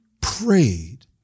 prayed